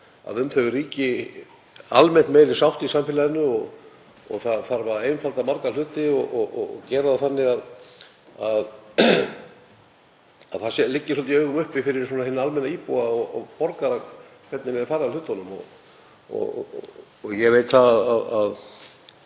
að um þau ríki almennt meiri sátt í samfélaginu. Það þarf að einfalda marga hluti og gera það þannig að það liggi í augum uppi fyrir hinn almenna íbúa og borgara hvernig eigi að fara að hlutunum. Ég veit að